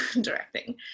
directing